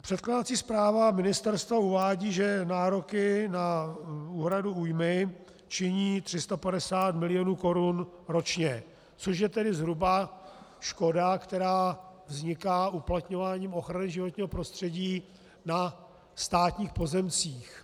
Předkládací zpráva ministerstva uvádí, že nároky na úhradu újmy činí 350 milionů korun ročně, což je tedy zhruba škoda, která vzniká uplatňováním ochrany životního prostředí na státních pozemcích.